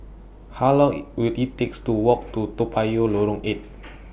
How Long IT Will IT takes to Walk to Toa Payoh Lorong eight